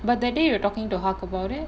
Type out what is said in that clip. but that day you were talking to hawk about it